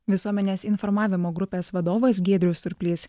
visuomenės informavimo grupės vadovas giedrius surplys